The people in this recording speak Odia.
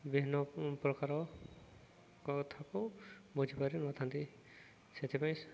ବିଭିନ୍ନ ପ୍ରକାର କଥାକୁ ବୁଝିପାରିନଥାନ୍ତି ସେଥିପାଇଁ